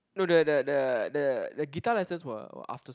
no the the the the the guitar lessons were were after school